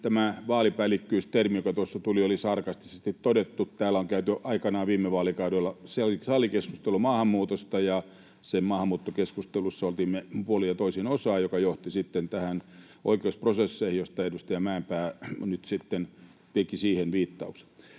tämä vaalipäällikkyys-termi, joka tuossa tuli, oli sarkastisesti todettu: Täällä on käyty aikanaan viime vaalikaudella salikeskustelu maahanmuutosta, ja siihen maahanmuuttokeskusteluun otimme puolin ja toisin osaa. Se johti sitten näihin oikeusprosesseihin, joihin edustaja Mäenpää nyt teki viittauksen.